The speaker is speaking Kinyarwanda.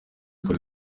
twari